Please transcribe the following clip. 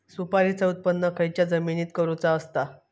सुपारीचा उत्त्पन खयच्या जमिनीत करूचा असता?